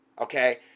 Okay